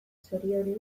zorionez